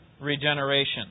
regeneration